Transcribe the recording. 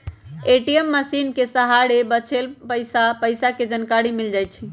ATM मशीनके सहारे सेहो बच्चल पइसा के जानकारी मिल जाइ छइ